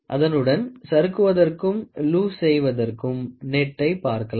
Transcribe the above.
அதனுடன் சறுக்குவதற்கும் லூசு செய்வதற்கும் நெட்டை பார்க்கலாம்